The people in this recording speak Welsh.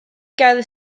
gael